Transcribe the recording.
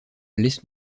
laisse